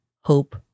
hope